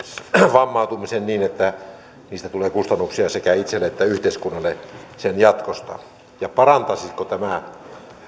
vammautumiseen niin että niistä tulee kustannuksia sekä itselle että yhteiskunnalle jatkosta toisiko tämä